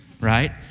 right